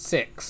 Six